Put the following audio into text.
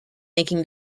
making